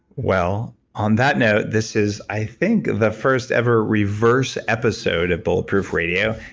well, on that note, this is i think the first ever reverse episode of bulletproof radio.